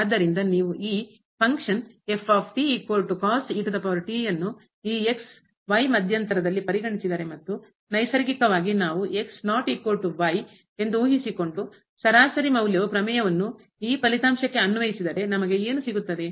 ಆದ್ದರಿಂದ ನೀವು ಈ ಫಂಕ್ಷನ್ ಕಾರ್ಯ ವನ್ನು ಈ ಮಧ್ಯಂತರದಲ್ಲಿ ಪರಿಗಣಿಸಿದರೆ ಮತ್ತು ನೈಸರ್ಗಿಕವಾಗಿ ನಾವು ಎಂದು ಊಹಿಸಿಕೊಂಡು ಸರಾಸರಿ ಮೌಲ್ಯವು ಪ್ರಮೇಯವನ್ನು ಈ ಫಲಿತಾಂಶಕ್ಕೆ ಅನ್ವಯಿಸಿದರೆ ನಮಗೆ ಏನು ಸಿಗುತ್ತದೆ